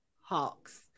hawks